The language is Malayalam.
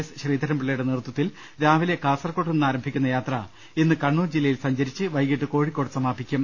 എസ് ശ്രീധരൻപിള്ളയുടെ നേതൃത്വത്തിൽ രാവിലെ കാസർകോട്ട് നിന്ന് ആരംഭിക്കുന്ന യാത്ര ഇന്ന് കണ്ണൂർ ജില്ലയിൽ സഞ്ചരിച്ച് വൈകീട്ട് കോഴിക്കോട്ട് സമാപിക്കും